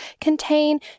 contain